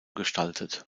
gestaltet